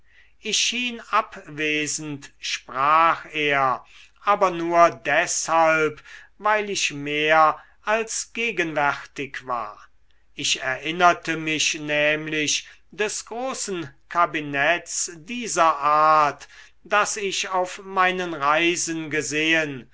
schien abwesend sprach er aber nur deshalb weil ich mehr als gegenwärtig war ich erinnerte mich nämlich des großen kabinetts dieser art das ich auf meinen reisen gesehen